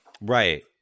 Right